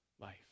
life